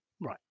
Right